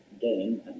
game